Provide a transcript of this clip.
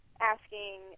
asking